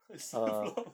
why is it flop